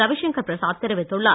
ரவிஷங்கர் பிரசாத் தெரிவித்துள்ளார்